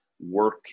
work